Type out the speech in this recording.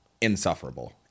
insufferable